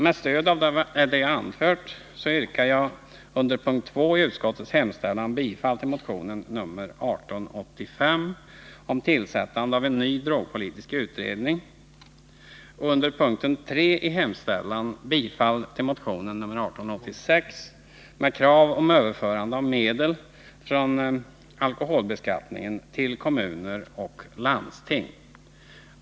Med stöd av det jag anfört yrkar jag under punkt 2 i utskottets hemställan bifall till motion nr 1885 om tillsättande av en ny drogpolitisk utredning och under punkt 3 i hemställan bifall till motion nr 1886 med krav på överförande av medel från alkoholbeskattningen till kommuner och landsting.